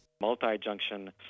multi-junction